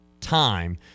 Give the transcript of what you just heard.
time